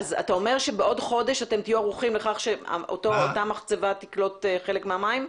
אתה אומר שבעוד חודש אתם תהיו ערוכים לכך שאותה מחצבה תקלוט חלק מהמים?